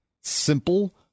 simple